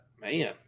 man